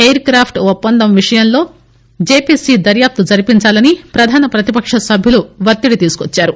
air craft ఒప్పందం విషయంలో JPC దర్యాప్తు జరిపించాలని ప్రధాన ప్రతిపక్ష సభ్యులు వత్తిడి తెచ్చారు